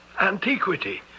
Antiquity